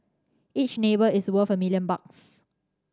each neighbour is worth a million bucks